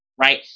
right